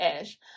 ish